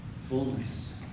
fullness